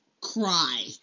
cry